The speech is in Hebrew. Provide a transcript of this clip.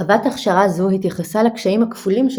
חוות הכשרה זו התייחסה לקשיים הכפולים של